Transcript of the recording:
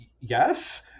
yes